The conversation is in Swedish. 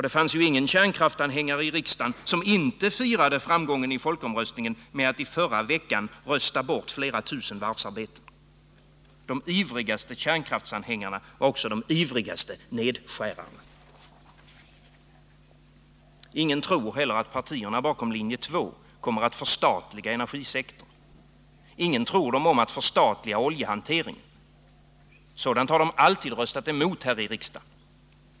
Det fanns ingen kärnkraftsanhängare i riksdagen som inte firade framgången i folkomröstningen med att förra veckan rösta bort flera tusen varvsarbeten. De ivrigaste kärnkraftsanhängarna var också de ivrigaste nedskärarna. Ingen tror heller att partierna bakom linje 2 kommer att förstatliga energisektorn. Ingen tror dem om att förstatliga oljehanteringen. Sådant har de alltid röstat emot här i riksdagen.